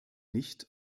nicht